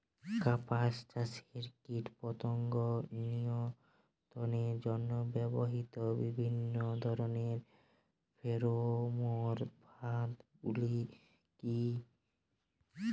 কাপাস চাষে কীটপতঙ্গ নিয়ন্ত্রণের জন্য ব্যবহৃত বিভিন্ন ধরণের ফেরোমোন ফাঁদ গুলি কী?